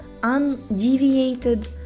undeviated